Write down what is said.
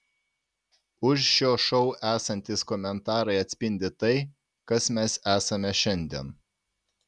už šio šou esantys komentarai atspindi tai kas mes esame šiandien